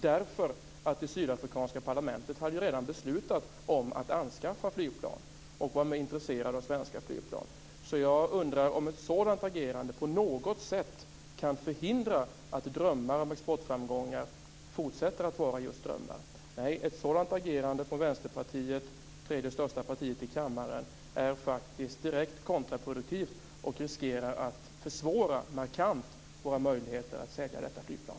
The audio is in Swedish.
Det sydafrikanska parlamentet hade ju redan beslutat om att anskaffa flygplan och man var intresserad av svenska flygplan. Jag undrar om ett sådant agerande på något sätt kan förhindra att drömmar om exportframgångar fortsätter att vara just drömmar. Nej, ett sådant agerande från Vänsterpartiet, det tredje största partiet i kammaren, är faktiskt direkt kontraproduktivt och riskerar att markant försvåra våra möjligheter att sälja detta flygplan.